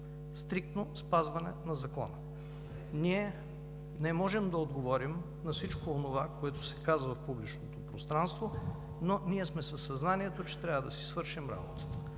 стриктно спазване на закона. Ние не можем да отговорим на всичко онова, което се казва в публичното пространство, но ние сме със съзнанието, че трябва да си свършим работата.